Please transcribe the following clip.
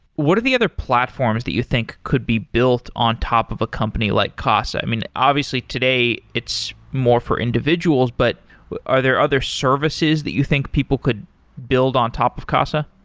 what are the other platforms that you think could be built on top of a company like casa? i mean, obviously, today it's more for individuals, but are there other services that you think people could build on top of casa?